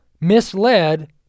misled